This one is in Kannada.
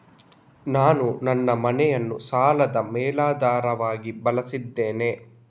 ನಾನು ನನ್ನ ಮನೆಯನ್ನು ಸಾಲದ ಮೇಲಾಧಾರವಾಗಿ ಬಳಸಿದ್ದೇನೆ